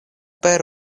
per